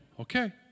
Okay